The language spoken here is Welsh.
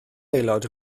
aelod